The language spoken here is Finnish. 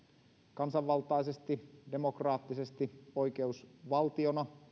kansanvaltaisesti demokraattisesti oikeusvaltiona